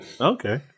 Okay